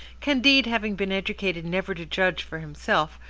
candide, having been educated never to judge for himself,